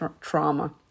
trauma